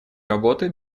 работы